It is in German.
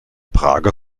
prager